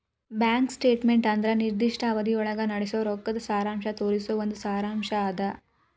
bank statement ಅಂದ್ರ ನಿರ್ದಿಷ್ಟ ಅವಧಿಯೊಳಗ ನಡಸೋ ರೊಕ್ಕದ್ ಸಾರಾಂಶ ತೋರಿಸೊ ಒಂದ್ ಸಾರಾಂಶ್ ಅದ